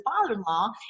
father-in-law